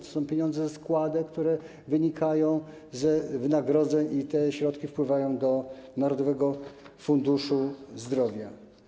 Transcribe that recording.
To są pieniądze ze składek, które wynikają z wynagrodzeń, i te środki wpływają do Narodowego Funduszu Zdrowia.